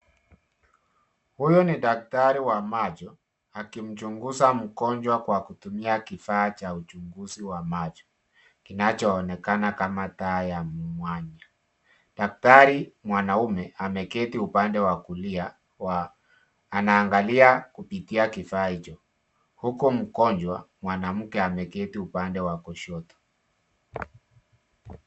Huyu ni daktari wa macho akimchunguza mgonjwa kwa kutumia kifaa cha uchunguzi wa macho kinachoonekana kama taa ya mwanya. Daktari mwanaume ameketi upande wa kulia. Anaangalia kutumia kifaa hicho, huko mgonjwa mwanamke ameketi upande wa kushoto.